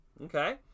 Okay